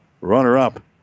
runner-up